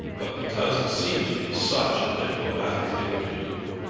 but because it seemed to be such a diplomatic thing to do!